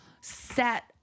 set